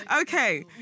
Okay